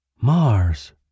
Mars